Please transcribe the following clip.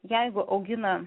jeigu augina